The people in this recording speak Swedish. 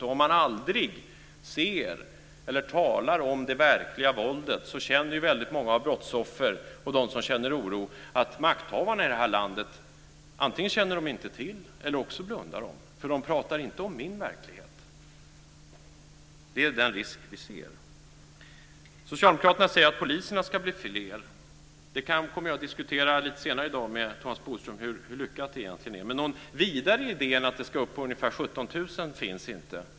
Om man aldrig ser eller talar om det verkliga våldet känner ju väldigt många av brottsoffren och de som känner oro att makthavarna i det här landet antigen inte känner till detta eller blundar. De pratar inte om min verklighet. Det är den risk vi ser. Socialdemokraterna säger att poliserna ska bli fler. Hur lyckat det egentligen är kommer jag att diskutera lite senare med Thomas Bodström. Men någon vidare idé än att det ska upp på ungefär 17 000 finns inte.